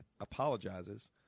apologizes